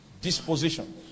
disposition